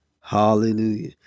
Hallelujah